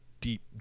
deep